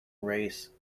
race